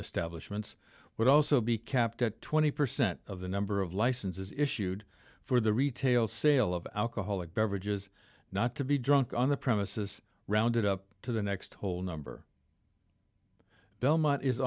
establishments would also be capped at twenty percent of the number of licenses issued for the retail sale of alcoholic beverages not to be drunk on the premises rounded up to the next whole number belmont is